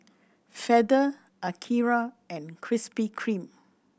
Feather Akira and Krispy Kreme